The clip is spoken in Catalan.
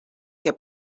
que